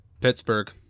pittsburgh